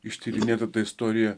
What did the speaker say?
ištyrinėta ta istorija